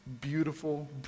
beautiful